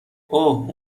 اوه